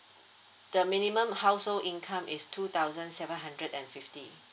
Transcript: the minimum household income is two thousand seven hundred and fifty